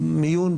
מיון,